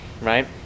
right